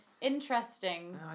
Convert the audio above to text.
interesting